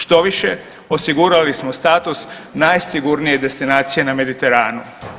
Štoviše, osigurali smo status najsigurnije destinacije na Mediteranu.